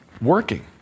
working